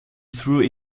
through